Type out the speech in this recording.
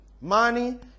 Money